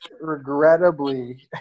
regrettably